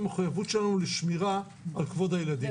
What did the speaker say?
המחויבות שלנו לשמירה על כבוד הילדים.